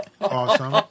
Awesome